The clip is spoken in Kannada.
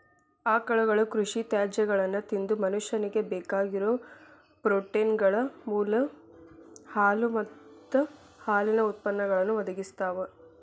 ಆಕಳುಗಳು ಕೃಷಿ ತ್ಯಾಜ್ಯಗಳನ್ನ ತಿಂದು ಮನುಷ್ಯನಿಗೆ ಬೇಕಾಗಿರೋ ಪ್ರೋಟೇನ್ಗಳ ಮೂಲ ಹಾಲು ಮತ್ತ ಹಾಲಿನ ಉತ್ಪನ್ನಗಳನ್ನು ಒದಗಿಸ್ತಾವ